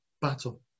battle